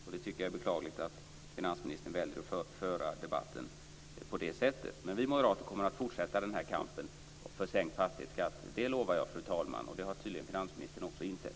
Jag tycker att det är beklagligt att finansministern väljer att föra debatten på det sättet. Men vi moderater kommer att fortsätta denna kamp för sänkt fastighetsskatt. Det lovar jag, fru talman. Det har tydligen finansministern också insett.